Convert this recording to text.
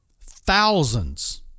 thousands